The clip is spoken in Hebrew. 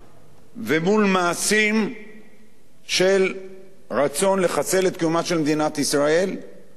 ומול מעשים של רצון לחסל את קיומה של מדינת ישראל; טרור,